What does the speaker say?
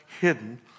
hidden